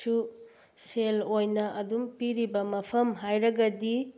ꯁꯨ ꯁꯦꯜ ꯑꯣꯏꯅ ꯑꯗꯨꯝ ꯄꯤꯔꯤꯕ ꯃꯐꯝ ꯍꯥꯏꯔꯒꯗꯤ